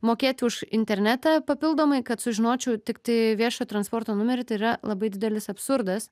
mokėt už internetą papildomai kad sužinočiau tiktai viešojo transporto numerį tai yra labai didelis absurdas